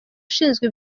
ushinzwe